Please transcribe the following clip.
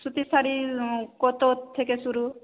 সুতির শাড়ির কত থেকে শুরু